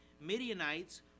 Midianites